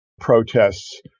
protests